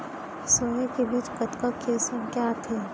Soya के बीज कतका किसम के आथे?